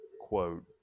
quote